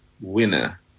winner